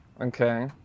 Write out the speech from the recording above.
Okay